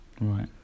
Right